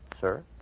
sir